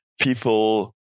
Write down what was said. people